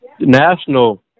national